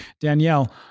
Danielle